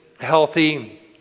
healthy